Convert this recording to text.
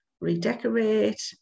redecorate